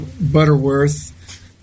Butterworth